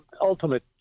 ultimate